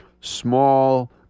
small